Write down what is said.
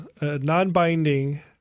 non-binding